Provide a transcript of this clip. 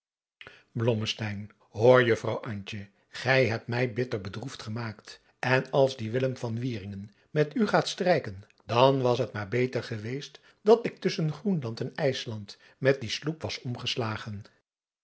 hoor juffrouw antje gij hebt mij bitter bedroefd gemaakt en als die adriaan loosjes pzn het leven van johannes wouter blommesteyn willem van wieringen met u gaat strijken dan was het maar beter geweest dat ik tusschen groenland en ijsland met die sloep was omgeslagen